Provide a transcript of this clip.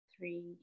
three